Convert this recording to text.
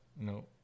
No